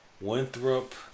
Winthrop